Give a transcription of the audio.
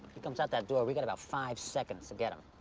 he comes out that door, we got about five seconds to get him,